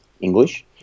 English